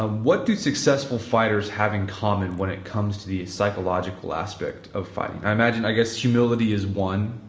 what do successful fighters have in common when it comes to the psychological aspect of fighting. i imagine i guess humility is one,